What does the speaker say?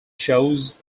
shows